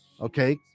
Okay